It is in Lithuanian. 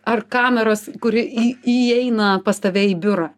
ar kameros kuri į įeina pas tave į biurą